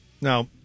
Now